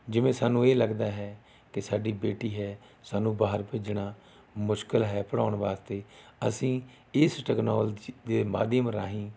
ਜਿਵੇਂ ਸਾਨੂੰ ਇਹ ਲੱਗਦਾ ਹੈ ਕਿ ਸਾਡੀ ਬੇਟੀ ਹੈ ਸਾਨੂੰ ਬਾਹਰ ਭੇਜਣਾ ਮੁਸ਼ਕਿਲ ਹੈ ਪੜ੍ਹਾਉਣ ਵਾਸਤੇ ਅਸੀਂ ਇਸ ਟੈਕਨੋਲਜੀ ਦੇ ਮਾਧਿਅਮ ਰਾਹੀਂ